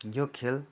यो खेल